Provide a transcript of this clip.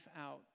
out